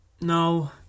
No